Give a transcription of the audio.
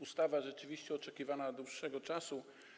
Ustawa rzeczywiście jest oczekiwana od dłuższego czasu.